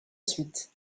suite